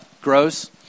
grows